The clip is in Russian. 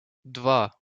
два